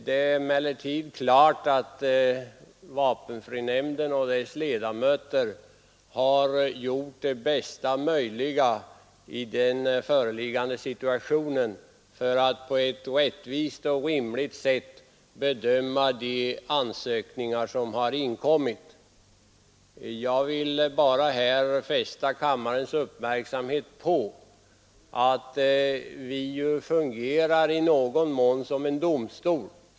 Det är emellertid klart att vapenfrinämnden och dess ledamöter i föreliggande situation gjort sitt bästa för att på ett rättvist och rimligt sätt bedöma de ansökningar som inkommit. Jag vill fästa kammarens uppmärksamhet på att vi i någon mån fungerar som en domstol.